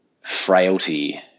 frailty